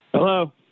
Hello